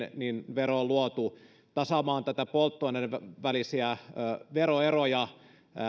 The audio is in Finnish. vero on luotu tasaamaan polttoaineiden välisiä veroeroja